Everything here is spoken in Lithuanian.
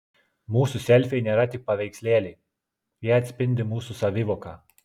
mūsų selfiai nėra tik paveikslėliai jie atspindi mūsų savivoką